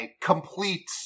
complete